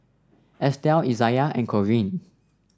Estel Izaiah and Corene